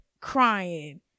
crying